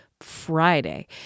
Friday